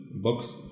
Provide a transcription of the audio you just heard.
box